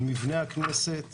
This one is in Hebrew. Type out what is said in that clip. על מבנה הכנסת,